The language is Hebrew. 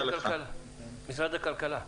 משרד הכלכלה.